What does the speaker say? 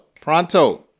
pronto